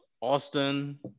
austin